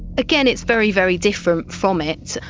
again, it's very, very different from it.